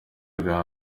bwa